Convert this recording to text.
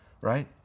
Right